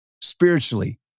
Spiritually